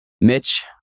Mitch